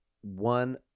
one